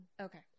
okay